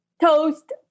Toast